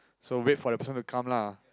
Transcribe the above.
so wait for the person to come lah